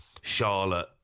Charlotte